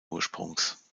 ursprungs